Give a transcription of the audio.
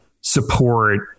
support